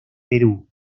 perú